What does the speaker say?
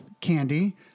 candy